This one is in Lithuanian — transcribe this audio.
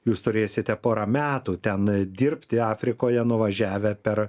jūs turėsite porą metų ten dirbti afrikoje nuvažiavę per